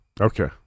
Okay